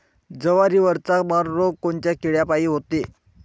जवारीवरचा मर रोग कोनच्या किड्यापायी होते?